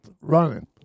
running